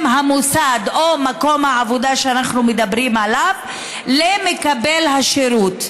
המוסד או מקום העבודה שאנחנו מדברים עליו למקבל השירות.